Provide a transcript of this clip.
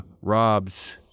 Rob's